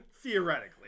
Theoretically